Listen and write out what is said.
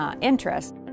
interest